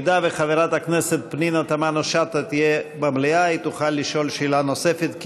אם חברת הכנסת פנינה תמנו-שטה תהיה במליאה היא תוכל לשאול שאלה נוספת,